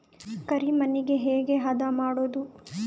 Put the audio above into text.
ಕರಿ ಮಣ್ಣಗೆ ಹೇಗೆ ಹದಾ ಮಾಡುದು?